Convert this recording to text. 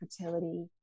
fertility